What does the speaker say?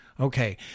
Okay